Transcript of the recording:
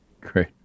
Great